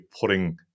putting